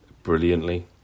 Brilliantly